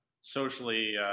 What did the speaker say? socially